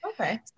Okay